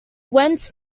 went